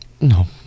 No